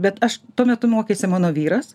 bet aš tuo metu mokėsi mano vyras